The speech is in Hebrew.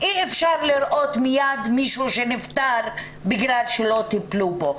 אי אפשר לראות מיד מישהו שנפטר בגלל שלא טיפלו בו.